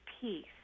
peace